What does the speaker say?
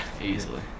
easily